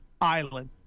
island